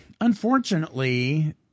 unfortunately